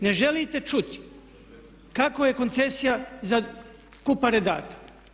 Ne želite čuti kako je koncesija za Kupare dana.